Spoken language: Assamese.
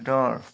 নৰ